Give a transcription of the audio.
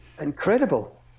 incredible